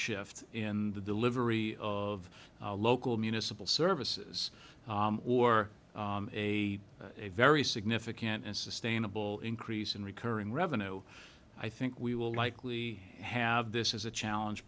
shift in the delivery of local municipal services or a very significant and sustainable increase in recurring revenue i think we will likely have this is a challenge